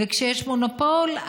וכשיש מונופול,